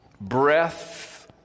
Breath